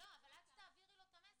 --- אבל את תעבירי לו את המסר,